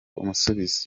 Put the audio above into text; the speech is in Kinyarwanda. umusubizo